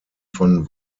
von